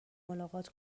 ملاقات